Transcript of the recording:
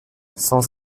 sans